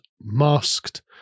masked